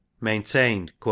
maintained